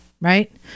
right